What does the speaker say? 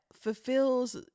fulfills